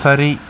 சரி